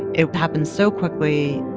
it happened so quickly.